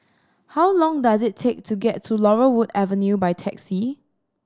how long does it take to get to Laurel Wood Avenue by taxi